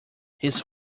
his